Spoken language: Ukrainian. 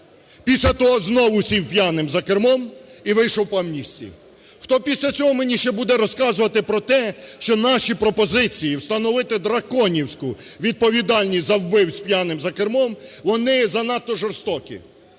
після того знову сів п'яним за кермо і вийшов по амністії! Хто після цього мені ще буде розказувати про те, що наші пропозиції встановити драконівську відповідальність за вбивць п'яних за кермом, вони занадто жорстокі?!